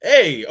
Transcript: Hey